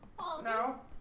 No